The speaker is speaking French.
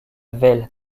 vesle